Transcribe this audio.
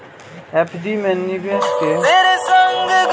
FD मे निवेश के कोनो अधिकतम सीमा नै होइ छै